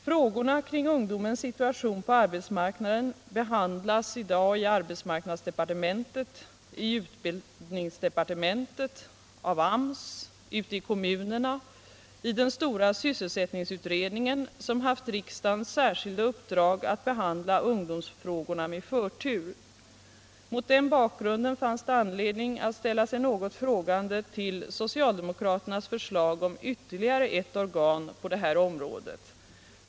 Frågorna kring ungdomens situation på arbetsmarknaden behandlas i dag i arbetsmarknadsdepartementet, i utbildningsdepartementet, av AMS, ute i kommunerna och i den stora sysselsättningsutredningen, som haft riksdagens särskilda uppdrag att behandla ungdomsfrågorna med förtur. Mot den bakgrunden fanns det anledning att ställa sig något frågande till socialdemokraternas förslag om ytterligare ett organ på detta område.